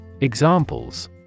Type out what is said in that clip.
Examples